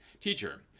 Teacher